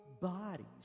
bodies